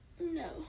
No